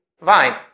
vine